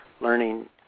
learning